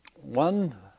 one